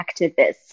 activists